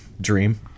dream